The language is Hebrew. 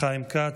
חיים כץ.